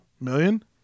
Million